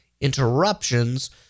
interruptions